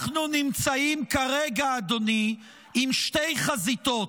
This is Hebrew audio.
-- כי אנחנו נמצאים כרגע, אדוני, עם שתי חזיתות: